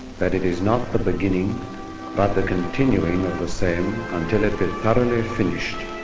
that it is not the beginning but the continuing of the same until it be thoroughly finished,